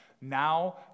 now